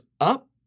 up